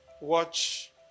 Watch